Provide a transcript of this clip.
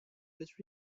this